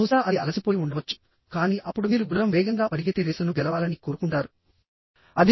బహుశా అది అలసిపోయి ఉండవచ్చు కానీ అప్పుడు మీరు గుర్రం వేగంగా పరిగెత్తి రేసును గెలవాలని కోరుకుంటారు